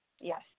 Yes